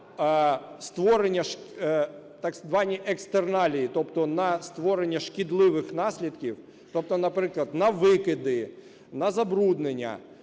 так звані екстерналії – тобто на створення шкідливих наслідків, тобто, наприклад, на викиди, на забруднення,